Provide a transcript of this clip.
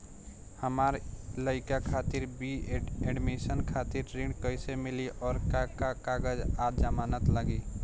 हमार लइका खातिर बी.ए एडमिशन खातिर ऋण कइसे मिली और का का कागज आ जमानत लागी?